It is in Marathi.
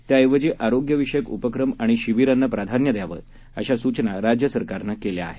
त्याऐवजी आरोग्यविषयक उपक्रम आणि शिबिरांना प्राधान्य द्यावं अशा सूचना राज्य सरकारनं केल्या आहेत